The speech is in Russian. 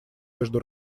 между